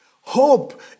Hope